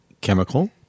chemical